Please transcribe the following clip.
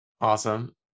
awesome